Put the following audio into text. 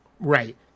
Right